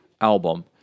album